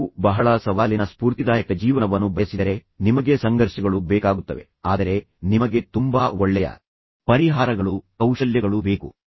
ನೀವು ಬಹಳ ಸವಾಲಿನ ಸ್ಪೂರ್ತಿದಾಯಕ ಜೀವನವನ್ನು ಬಯಸಿದರೆ ನಿಮಗೆ ಸಂಘರ್ಷಗಳು ಬೇಕಾಗುತ್ತವೆ ಆದರೆ ನಿಮಗೆ ತುಂಬಾ ಒಳ್ಳೆಯ ಪರಿಹಾರಗಳು ಕೌಶಲ್ಯಗಳು ಬೇಕು